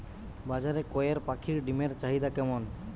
বাজারে কয়ের পাখীর ডিমের চাহিদা কেমন?